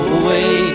away